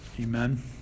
Amen